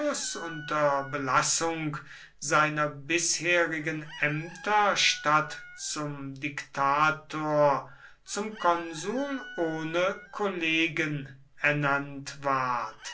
unter belassung seiner bisherigen ämter statt zum diktator zum konsul ohne kollegen ernannt ward